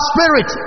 Spirit